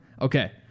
okay